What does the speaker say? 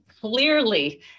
clearly